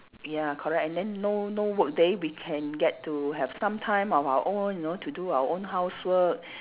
ya correct and then no no work day we can get to have some time of our own you know to do our own housework